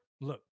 look